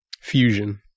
Fusion